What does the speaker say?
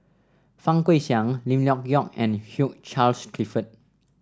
Fang Guixiang Lim Leong Geok and Hugh Charles Clifford